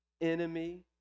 enemy